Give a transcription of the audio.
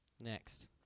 Next